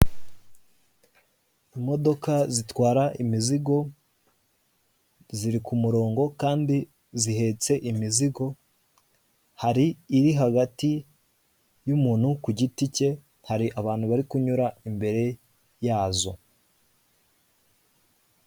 Imodoka zitwara imizigo, ziri ku murongo kandi zihetse imizigo, hari iri hagati y'umuntu ku giti ke, hari abantu bari kunyura hagati yazo.